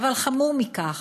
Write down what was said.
אבל חמור מכך,